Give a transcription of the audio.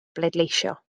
bleidleisio